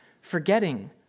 forgetting